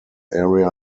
area